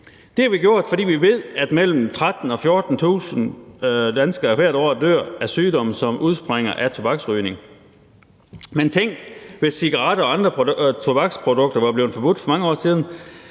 Det har vi gjort, fordi vi ved, at mellem 13.000 og 14.000 danskere hvert år dør af sygdomme, som udspringer af tobaksrygning. Tænk, hvis cigaretter og andre tobaksprodukter var blevet forbudt for mange år siden.